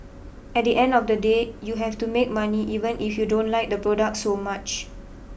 at the end of the day you have to make money even if you don't like the product so much